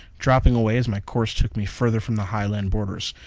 dropping away as my course took me further from the highland borders.